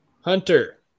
Hunter